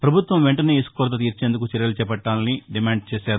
ప్రభుత్వం వెంటనే ఇసుక కొరత తీర్చేందుకు చర్యలు చేపట్టాలని డిమాండ్ చేశారు